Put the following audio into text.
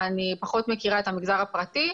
אני פחות מכירה את המגזר הפרטי,